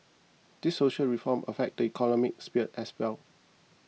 these social reforms affect the economic sphere as well